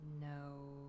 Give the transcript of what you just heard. No